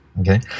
Okay